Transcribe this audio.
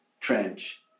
trench